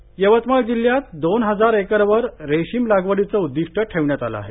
रेशीमः यवतमाळ जिल्ह्यात दोन हजार एकरवर रेशीम लागवडीचं उद्दिष्ट ठेवण्यात आलं आहे